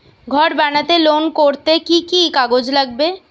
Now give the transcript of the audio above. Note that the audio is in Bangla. ঘর বানাতে লোন করতে কি কি কাগজ লাগবে?